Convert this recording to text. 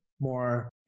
more